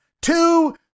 two